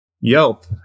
Yelp